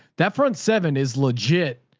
that front seven is legit.